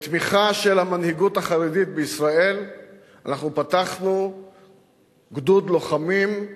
בתמיכה של המנהיגות החרדית בישראל פתחנו גדוד לוחמים,